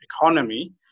economy